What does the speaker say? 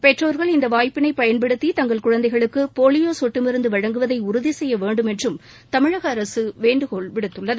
பெற்றோகள் இந்த வாய்ப்பினை பயன்படுத்தி தங்கள் குழந்தைகளுக்கு போலியோ சொட்டு மருந்து வழங்குவதை உறுதி செய்ய வேண்டும் என்றும் தமிழக அரசு வேண்டுகோள் விடுத்துள்ளது